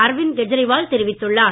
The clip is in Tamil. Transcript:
அரவிந்த் கெஜ்ரிவால் தெரிவித்துள்ளார்